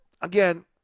again